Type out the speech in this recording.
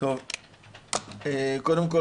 קודם כול,